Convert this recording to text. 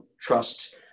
trust